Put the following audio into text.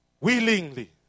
willingly